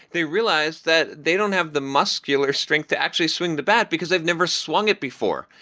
they realize that they don't have the muscular strength to actually swing the bat because they've never swung it before.